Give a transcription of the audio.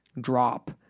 drop